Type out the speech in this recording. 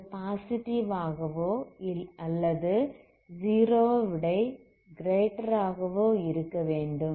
இது பாசிட்டிவ் ஆகவோ அல்லது 0 வை விட கிரேட்டர் ஆகவோ இருக்கவேண்டும்